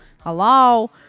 Hello